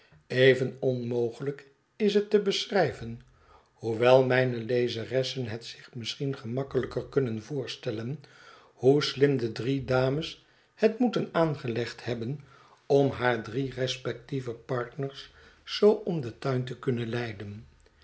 even onmogelijk is het te beschrijven hoewel mijn lezeressen het zich misschien gemakkelijker kunnen voorstellen hoe slim de drie dames het moeten aangelegd hebben om haar drie respectieve partners zoo om den tuin te kunnen leiden